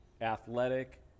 athletic